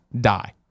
die